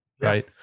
right